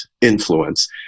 influence